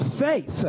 faith